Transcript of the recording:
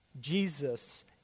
Jesus